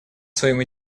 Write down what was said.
своим